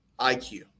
IQ